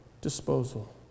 disposal